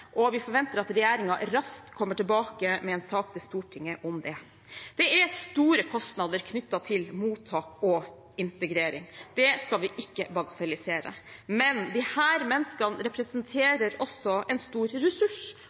Vi forventer at regjeringen raskt kommer tilbake med en sak til Stortinget om det. Det er store kostnader knyttet til mottak og integrering, det skal vi ikke bagatellisere, men disse menneskene representerer også en stor ressurs